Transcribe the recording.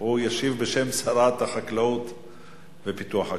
ישיב בשם שרת החקלאות ופיתוח הכפר.